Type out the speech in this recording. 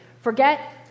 forget